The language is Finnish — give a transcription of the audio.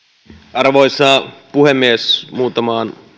arvoisa puhemies muutamaan